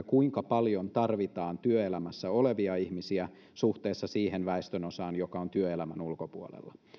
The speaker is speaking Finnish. kuinka paljon tarvitaan työelämässä olevia ihmisiä suhteessa siihen väestönosaan joka on työelämän ulkopuolella